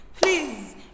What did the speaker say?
Please